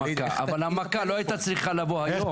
אבל המכה לא הייתה צריכה לבוא היום.